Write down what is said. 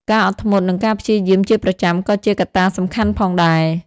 ការអត់ធ្មត់ និងការព្យាយាមជាប្រចាំក៏ជាកត្តាសំខាន់ផងដែរ។